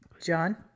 John